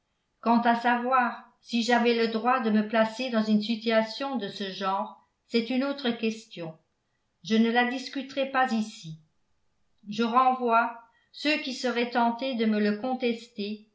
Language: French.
quant à savoir si j'avais le droit de me placer dans une situation de ce genre c'est une autre question je ne la discuterai pas ici je renvoie ceux qui seraient tentés de me le contester